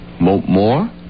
More